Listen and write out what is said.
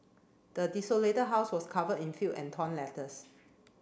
the desolated house was covered in filth and torn letters